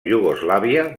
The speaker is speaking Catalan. iugoslàvia